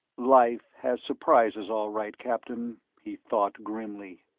life has surprises, all right, captain, he thought grimly.